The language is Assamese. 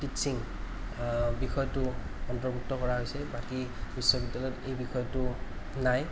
টিচিং বিষয়টো অন্তৰ্ভুক্ত কৰা হৈছে বাকী বিশ্ববিদ্য়ালয়ত এই বিষয়টো নাই